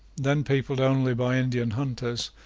then peopled only by indian hunters,